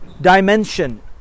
dimension